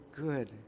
good